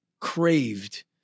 craved